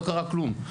לא קרה כלום.